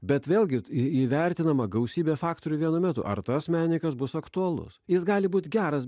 bet vėlgi įvertinama gausybė faktorių vienu metu ar tas menininkas bus aktualus jis gali būti geras